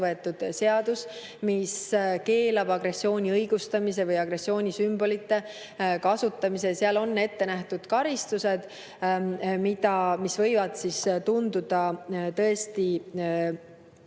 võetud seadus, mis keelab agressiooni õigustamise või agressiooni sümbolite kasutamise. Ja seal on ette nähtud karistused, mis võivad tunduda tõesti